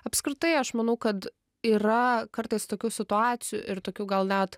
apskritai aš manau kad yra kartais tokių situacijų ir tokių gal net